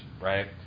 right